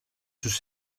τους